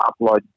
upload